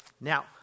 Now